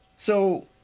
so